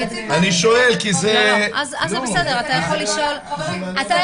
לא, זה בסדר אתה יכול